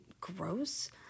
gross